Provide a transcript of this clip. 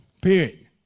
Period